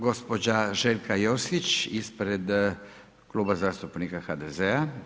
Gospođa Željka Josić ispred Kluba zastupnika HDZ-a.